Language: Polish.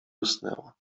usnęła